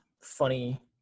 funny